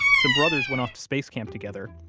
some brothers went off to space camp together.